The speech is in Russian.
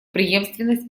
преемственность